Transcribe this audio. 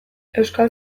euskal